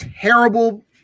terrible